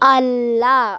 അല്ല